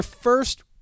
first